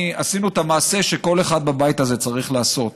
עשינו את המעשה שכל אחד בבית הזה צריך לעשות.